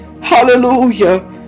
Hallelujah